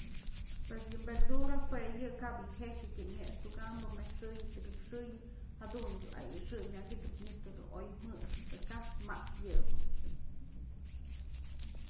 pues yë verdura jue yë kap yë jeik tyëm mextukambë mejxëyë tëkëk xëyë, jadun yëdun ayxë myak idëp manytë jedun oy jëxëp pë kaj map yëbë.